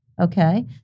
okay